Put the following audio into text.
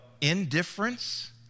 indifference